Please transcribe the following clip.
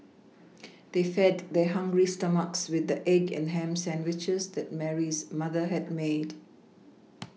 they fed their hungry stomachs with the egg and ham sandwiches that Mary's mother had made